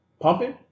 pumping